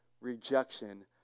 rejection